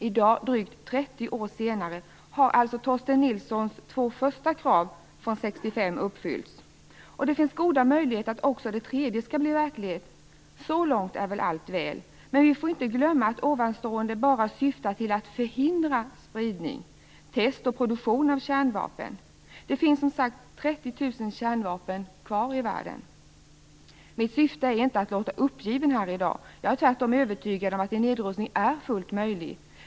I dag, drygt 30 år senare, har alltså Torsten Nilssons två första krav från 1965 uppfyllts och det finns goda möjligheter att också det tredje skall bli verklighet. Så långt är allt väl, men vi får inte glömma att ovanstående bara syftar till att förhindra spridning, test och produktion av kärnvapen. Det finns som sagt Mitt syfte är inte att låta uppgiven här i dag. Jag är tvärtom övertygad om att en nedrustning är fullt möjlig.